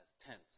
tense